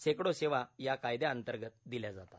शेकडो सेवा या कायद्यांतर्गत दिल्या जातात